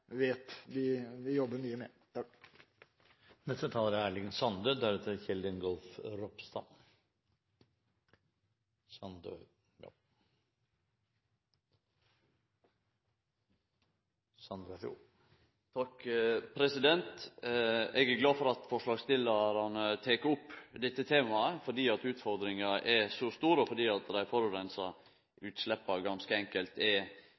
vet de jobber mye med. Eg er glad for at forslagsstillarane tek opp dette temaet, fordi utfordringa er så stor, og fordi dei forureina utsleppa ganske enkelt er